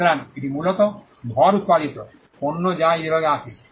সুতরাং এটি মূলত ভর উত্পাদিত পণ্য যা এই বিভাগে আসে